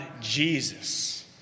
Jesus